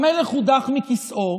המלך הודח מכיסאו.